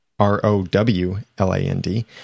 R-O-W-L-A-N-D